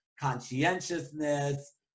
conscientiousness